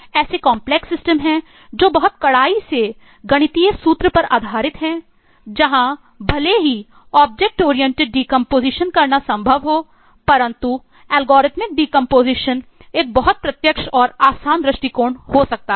ऐसे सिस्टम एक बहुत अधिक प्रत्यक्ष और आसान दृष्टिकोण हो सकता है